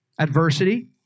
Adversity